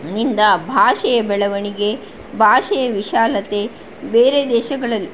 ನಿಂದ ಭಾಷೆಯ ಬೆಳವಣಿಗೆ ಭಾಷೆಯ ವಿಶಾಲತೆ ಬೇರೆ ದೇಶಗಳಲ್ಲಿ